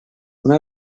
una